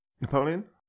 Napoleon